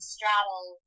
Straddle